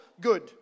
good